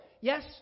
yes